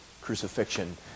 crucifixion